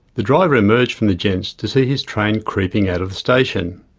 the driver emerged from the gents to see his train creeping out of the station.